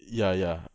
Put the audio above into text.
ya ya